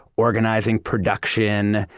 organizing production,